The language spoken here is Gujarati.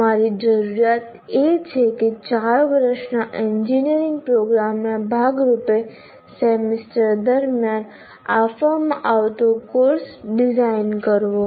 અમારી જરૂરિયાત એ છે કે ચાર વર્ષના એન્જિનિયરિંગ પ્રોગ્રામના ભાગરૂપે સેમેસ્ટર દરમિયાન આપવામાં આવતો કોર્સ ડિઝાઇન કરવો